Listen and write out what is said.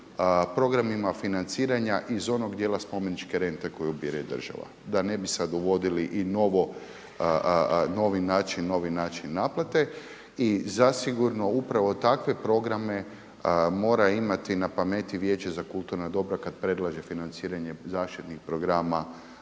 programima financiranja iz onog dijela spomeničke rente koju ubire država da ne bi sad uvodili i novi način naplate. I zasigurno upravo takve programe mora imati na pameti Vijeće za kulturna dobra kad predlaže financiranje zaštitnih programa